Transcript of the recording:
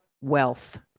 wealth